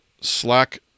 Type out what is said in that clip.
Slack